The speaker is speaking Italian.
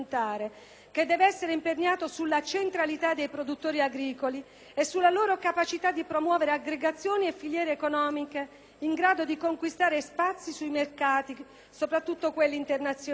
che deve essere imperniato sulla centralità dei produttori agricoli e sulla loro capacità di promuovere aggregazioni e filiere economiche in grado di conquistare spazi sui mercati, soprattutto internazionali.